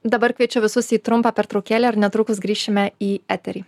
dabar kviečiu visus į trumpą pertraukėlę ir netrukus grįšime į eterį